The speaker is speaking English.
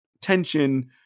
tension